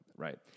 Right